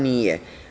Nije.